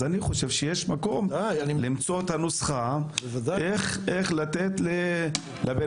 אז אני חושב שיש מקום למצוא את הנוסחה איך לתת לבן